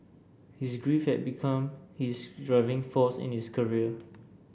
his grief had become his driving force in his career